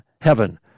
heaven